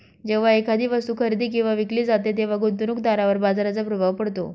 जेव्हा एखादी वस्तू खरेदी किंवा विकली जाते तेव्हा गुंतवणूकदारावर बाजाराचा प्रभाव पडतो